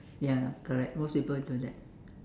ya correct most people do that